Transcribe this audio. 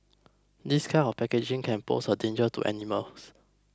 this kind of packaging can pose a danger to animals